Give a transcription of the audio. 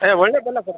ಏಯ್ ಒಳ್ಳೆಯ ಬೆಲ್ಲ ಸರ್